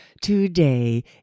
today